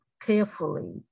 carefully